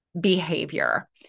behavior